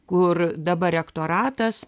kur dabar rektoratas